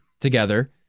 together